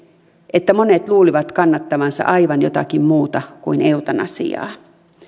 että monet luulivat kannattavansa aivan jotakin muuta kuin eutanasiaa